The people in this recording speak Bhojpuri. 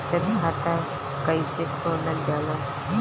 बचत खाता कइसे खोलल जाला?